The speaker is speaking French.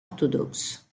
orthodoxe